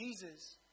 Jesus